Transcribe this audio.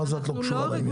מה זה את לא קשורה לעניין?